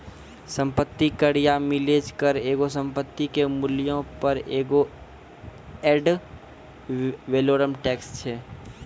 सम्पति कर या मिलेज कर एगो संपत्ति के मूल्यो पे एगो एड वैलोरम टैक्स छै